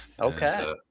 Okay